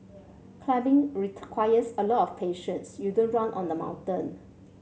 climbing requires a lot of patience you don't run on the mountain